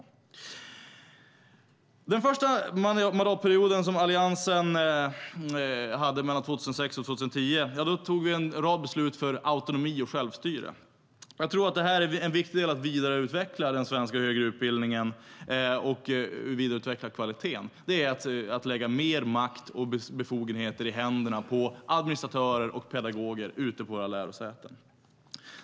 Under den första mandatperiod som Alliansen hade makten, 2006-2010, tog vi en rad beslut för autonomi och självstyre. Jag tror att en viktig del i att vidareutveckla den svenska högre utbildningen och vidareutveckla kvaliteten är att lägga mer makt och befogenheter i händerna på administratörer och pedagoger ute på våra lärosäten.